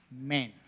men